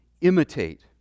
imitate